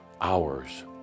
hours